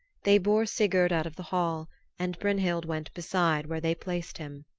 they bore sigurd out of the hall and brynhild went beside where they placed him.